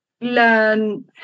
learn